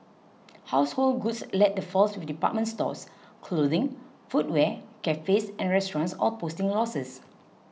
household goods led the falls with department stores clothing footwear cafes and restaurants all posting losses